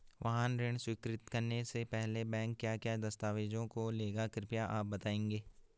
वाहन ऋण स्वीकृति करने से पहले बैंक क्या क्या दस्तावेज़ों को लेगा कृपया आप बताएँगे?